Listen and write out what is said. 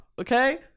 okay